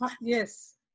yes